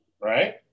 right